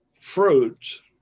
fruits